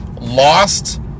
lost